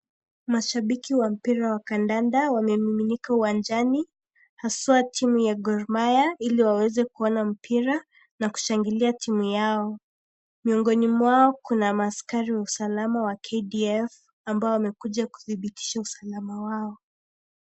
Mashabiki wa mpira wa kandanda wamemiminika uwanjani haswa timu ya Gor Mahia ili waweze kuona mpira na kushangilia timu yao. Miongoni mwao kuna maaskari wa usalama wa KDF ambao wamekuja kudhibitisha usalama wao.